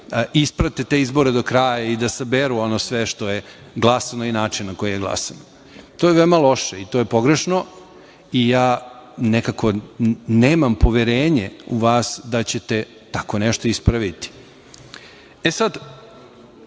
isprate te izbore do kraja i da saberu ono sve što je glasano i način na koji je glasano. To je veoma loše i to je pogrešno. Nekako nemam poverenje u vas da ćete tako nešto ispraviti. Rečeno